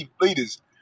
leaders